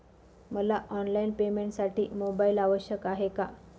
मला ऑनलाईन पेमेंटसाठी मोबाईल आवश्यक आहे का?